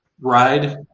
ride